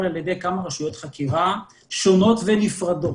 על ידי כמה רשויות חקירה שונות ונפרדות.